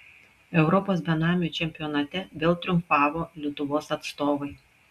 europos benamių čempionate vėl triumfavo lietuvos atstovai